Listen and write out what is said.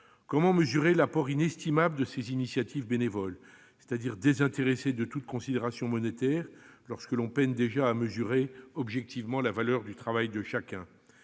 Comment mesurer l'apport inestimable de ces initiatives bénévoles, éloignées de toute considération monétaire, lorsque l'on peine déjà à mesurer objectivement la valeur du travail de chacun ?